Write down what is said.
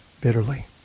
bitterly